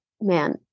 man